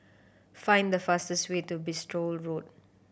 find the fastest way to Bristol Road